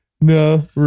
no